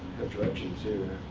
have directions here.